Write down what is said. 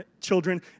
children